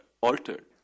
altered